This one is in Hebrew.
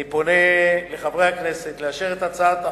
אני פונה אל חברי הכנסת לאשר אותה